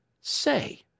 Say